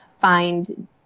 find